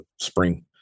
spring